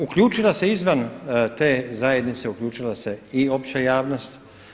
Uključila se izvan te zajednice uključila se i opća javnost.